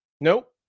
Nope